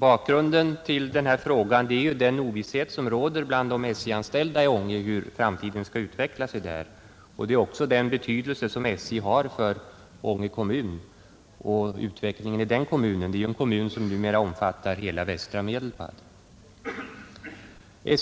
Bakgrunden till min fråga är den ovisshet som råder bland de SJ-anställda i Ånge hur framtiden skall utveckla sig där. Men det Nr 89 är också den betydelse som SJ har för Ånge kommun och dess = Tisdagen den utveckling. Det är ju en kommun som numera omfattar hela västra 18 maj 1971 Medelpad.